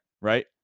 right